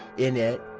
in it,